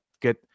get